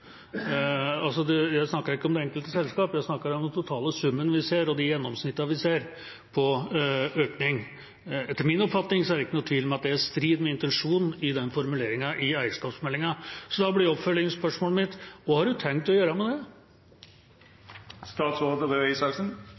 Jeg snakker ikke om det enkelte selskap – jeg snakker om den totale summen vi ser, og de gjennomsnittene vi ser, når det gjelder økning. Etter min oppfatning er det ikke noen tvil om at det strider mot intensjonen i den formuleringen i eierskapsmeldingen. Så da blir oppfølgingsspørsmålet mitt: Hva har statsråden tenkt å gjøre med det?